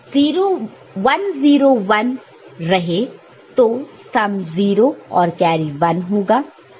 अगर 1 0 1 रहे तो सम 0 और कैरी 1 होगा